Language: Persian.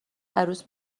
عروس